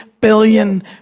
billion